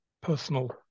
personal